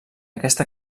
aquesta